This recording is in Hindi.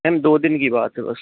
मैम दो दिन की बात है बस